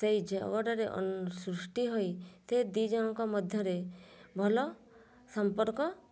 ସେଇ ଝଗଡ଼ାରେ ସୃଷ୍ଟି ହୋଇ ସେ ଦୁଇଜଣଙ୍କ ମଧ୍ୟରେ ଭଲ ସମ୍ପର୍କ